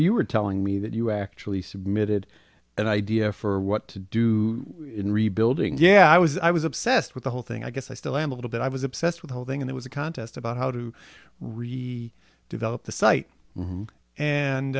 you were telling me that you actually submitted an idea for what to do in rebuilding yeah i was i was obsessed with the whole thing i guess i still am a little bit i was obsessed with holding and it was a contest about how to really develop the site